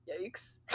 Yikes